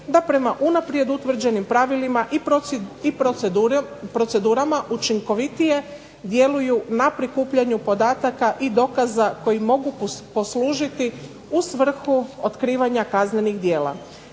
da prema unaprijed utvrđenim pravilima i procedurama učinkovitije djeluju na prikupljanju podataka i dokaza koji mogu poslužiti u vrhu otkrivanja kaznenih djela.